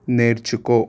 నేర్చుకో